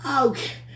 okay